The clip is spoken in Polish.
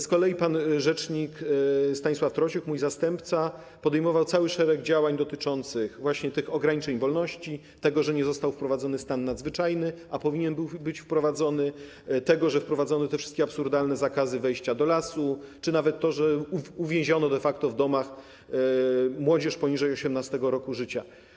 Z kolei pan rzecznik Stanisław Trociuk, mój zastępca, podejmował cały szereg działań dotyczących właśnie tych ograniczeń wolności, tego, że nie został wprowadzony stan nadzwyczajny, a powinien być wprowadzony, tego, że wprowadzono te wszystkie absurdalne zakazy wejścia do lasu, czy nawet tego, że de facto uwięziono w domach młodzież poniżej 18. roku życia.